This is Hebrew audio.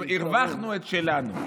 זאת אומרת הרווחנו את שלנו.